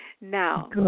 Now